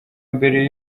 mbere